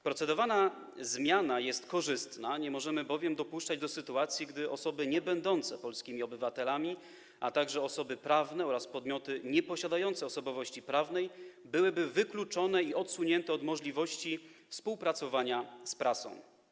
Procedowana zmiana jest korzystna, nie możemy bowiem dopuszczać do sytuacji, w której osoby niebędące polskimi obywatelami, a także osoby prawne oraz podmioty nieposiadające osobowości prawnej byłyby wykluczone i odsunięte od możliwości współpracowania z prasą.